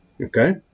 Okay